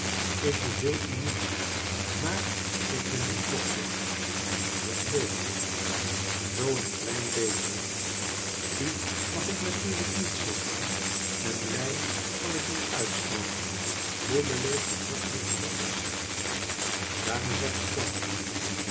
ik beveel u niet maar ik ben uw dokter zoo een beetje zoo een heel klein beetj e t u mag ik natuurlijk niet zeggen en lei kan ik niet uitstaan hoe beleefd en hoffelijk het ook is daarom zegik vol en ik